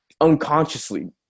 Unconsciously